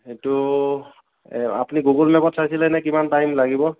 সেইটো আপুনি গুগল মেপত চাইছিলেনে কিমান টাইম লাগিব